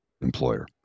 employer